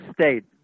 state